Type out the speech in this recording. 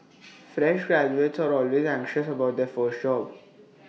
fresh graduates are always anxious about their first job